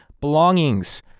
belongings